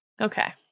Okay